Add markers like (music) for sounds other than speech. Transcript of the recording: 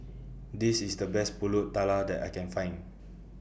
This IS The (noise) Best Pulut Tatal that I Can Find (noise)